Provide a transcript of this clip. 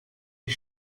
die